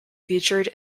featured